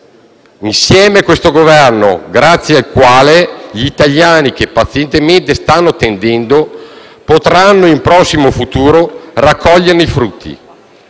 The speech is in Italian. insieme a questo Governo, grazie al quale, gli italiani che pazientemente stanno attendendo, potranno, nel prossimo futuro, raccoglierne i frutti.